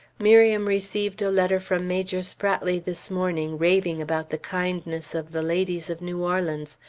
miriam received a letter from major spratley this morning, raving about the kindness of the ladies of new orleans,